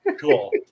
Cool